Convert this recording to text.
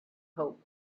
hope